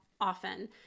often